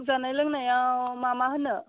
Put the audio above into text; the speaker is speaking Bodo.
जानाय लोंनायाव मा मा होनो